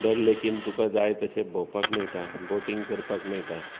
दल लेकींत तुका जाय तशें भोंवपाक मेळटा बोटींग करपाक मेळटा